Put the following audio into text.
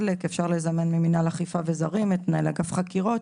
היושבת-ראש אפשר לזמן ממינהל אכיפה וזרים את מנהל אגף חקירות